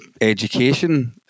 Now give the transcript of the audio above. education